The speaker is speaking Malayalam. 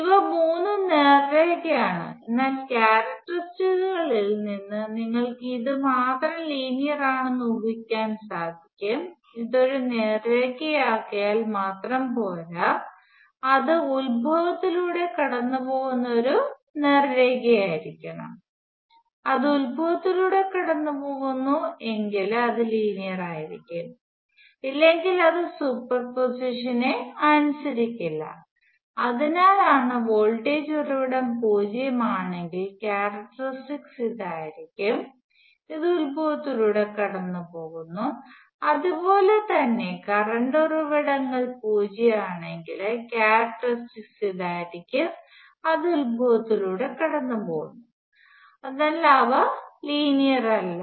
ഇവ മൂന്നും നേർരേഖ ആണ് എന്നാൽ ക്യാരക്ടറിസ്റ്റിക്സ്കളിൽ നിന്ന് നിങ്ങൾക്ക് ഇത് മാത്രം ലീനിയർ ആണെന്ന് ഊഹിക്കാൻ സാധിക്കും ഇത് ഒരു നേർരേഖ ആയാൽ മാത്രം പോരാ പക്ഷെ അത് ഉത്ഭവത്തിലൂടെ കടന്നുപോകുന്ന ഒരു നേർരേഖയായിരിക്കണം അത് ഉത്ഭവത്തിലൂടെ കടന്നുപോകുന്നു എങ്കിൽ അത് ലീനിയർ ആയിരിക്കും ഇല്ലെങ്കിൽ അത് സൂപ്പർപോസിഷനെ അനുസരിക്കില്ല അതിനാലാണ് വോൾട്ടേജ് ഉറവിടം പൂജ്യം ആണെങ്കിൽ ക്യാരക്ടറിസ്റ്റിക്സ് ഇതായിരിക്കും ഇത് ഉത്ഭവത്തിലൂടെ കടന്നുപോകുന്നു അതുപോലെ തന്നെ കറന്റ് ഉറവിടങ്ങൾ പൂജ്യം ആണെങ്കിൽ ക്യാരക്ടറിസ്റ്റിക്സ് ഇതായിരിക്കും ഇത് ഉത്ഭവത്തിലൂടെ കടന്നുപോകുന്നു അതിനാൽ അവ ലീനിയർ അല്ല